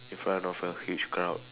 in front of a huge crowd